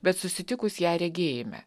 bet susitikus ją regėjime